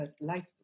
life